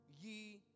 ye